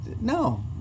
No